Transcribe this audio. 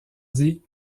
dit